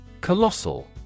Colossal